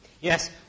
Yes